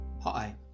Hi